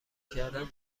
کردن